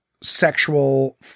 sexual